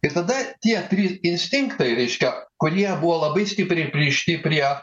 ir tada tie trys instinktai reiškia kurie buvo labai stipriai pririšti prie